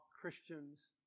Christians